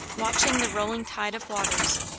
watching the rolling tide of waters,